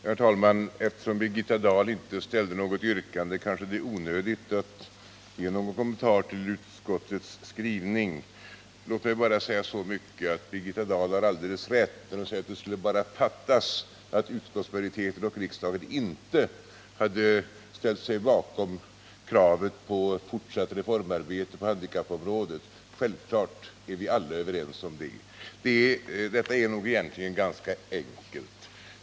Herr talman! Eftersom Birgitta Dahl inte ställde något yrkande är det kanske onödigt att ge någon kommentar till utskottets skrivning. Låt mig bara säga så mycket att Birgitta Dahl har alldeles rätt när hon säger att det bara skulle fattas att utskottsmajoriteten och riksdagen inte hade ställt sig bakom kravet på ett fortsatt reformarbete på handikappområdet. Självfallet är vi alla överens om det. Det är nog ganska enkelt.